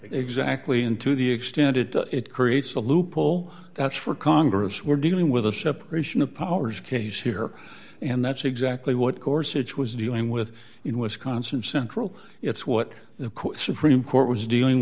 exactly in to the extent it does it creates a loophole that's for congress we're dealing with the separation of power ours case here and that's exactly what course it was dealing with in wisconsin central it's what the court supreme court was dealing